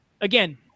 again